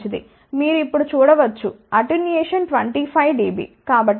మీరు ఇప్పుడు చూడ వచ్చు అటెన్యుయేషన్ 25 dB